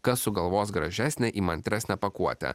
kas sugalvos gražesnę įmantresnę pakuotę